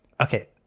Okay